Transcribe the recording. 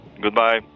Goodbye